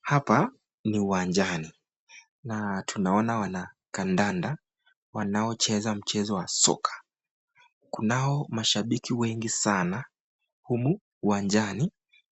Hapa ni uwanjani na tunaona wanakandanda wanaocheza mchezo wa soka. Kunao mashambiki wengi sana humu uwanjani